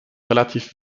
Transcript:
relativ